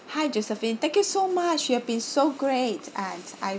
hi josephine thank you so much you have been so great and I